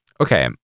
Okay